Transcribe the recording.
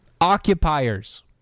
occupiers